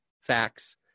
facts